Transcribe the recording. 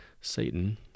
Satan